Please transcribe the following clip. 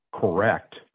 correct